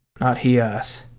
not he us.